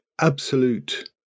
absolute